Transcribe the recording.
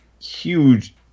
huge